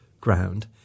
ground